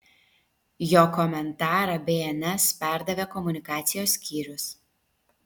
jo komentarą bns perdavė komunikacijos skyrius